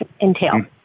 entail